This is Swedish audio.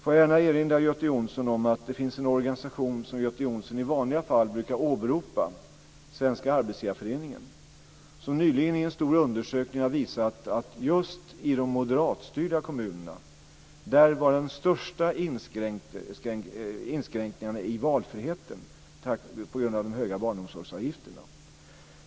Jag vill erinra Göte Jonsson om att det finns en organisation som Göte Jonsson i vanliga fall brukar åberopa - Svenska Arbetsgivareföreningen - som nyligen i en stor undersökning har visat att just i de moderatstyrda kommunerna fanns den största inskränkningarna i valfriheten på grund av de höga barnomsorgsavgifterna.